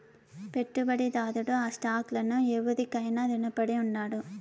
పెట్టుబడిదారుడు ఆ స్టాక్ లను ఎవురికైనా రునపడి ఉండాడు